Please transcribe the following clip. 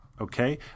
okay